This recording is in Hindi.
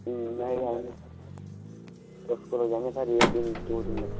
नए वाले इसको लग जाएंगे सर एक दिन दो दिन लग सकते हैं